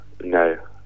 no